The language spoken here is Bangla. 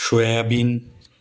সোয়াবিন